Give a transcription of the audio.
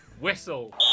Whistle